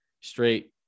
straight